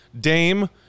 Dame